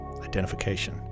Identification